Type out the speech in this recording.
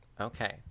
okay